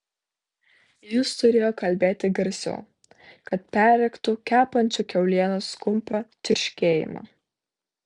jis turėjo kalbėti garsiau kad perrėktų kepančio kiaulienos kumpio čirškėjimą